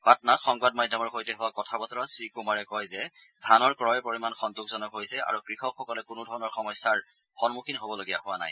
পাটনাত সংবাদ মাধ্যমৰ সৈতে হোৱা কথা বতৰাত শ্ৰীকুমাৰে কয় যে ধানৰ ক্ৰয়ৰ পৰিমাণ সন্তোষজনক হৈছে আৰু কৃষকসকলে কোনো ধৰণৰ সমস্যাৰ সন্মুখীন হ'বলগীয়া হোৱা নাই